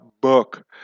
book